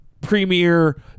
premier